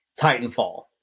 Titanfall